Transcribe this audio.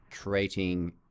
creating